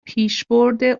پیشبرد